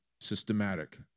systematic